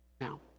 Now